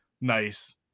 nice